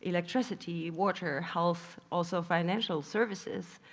electricity, water, health, also financial services,